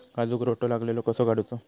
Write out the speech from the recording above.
काजूक रोटो लागलेलो कसो काडूचो?